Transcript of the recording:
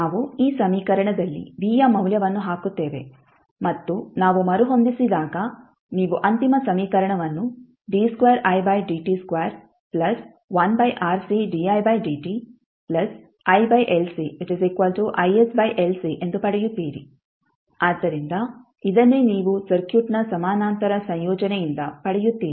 ನಾವು ಈ ಸಮೀಕರಣದಲ್ಲಿ v ಯ ಮೌಲ್ಯವನ್ನು ಹಾಕುತ್ತೇವೆ ಮತ್ತು ನಾವು ಮರುಹೊಂದಿಸಿದಾಗ ನೀವು ಅಂತಿಮ ಸಮೀಕರಣವನ್ನು ಎಂದು ಪಡೆಯುತ್ತೀರಿ ಆದ್ದರಿಂದ ಇದನ್ನೇ ನೀವು ಸರ್ಕ್ಯೂಟ್ನ ಸಮಾನಾಂತರ ಸಂಯೋಜನೆಯಿಂದ ಪಡೆಯುತ್ತೀರಿ